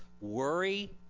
worry